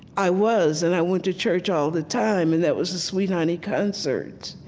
i was, and i went to church all the time, and that was the sweet honey concerts,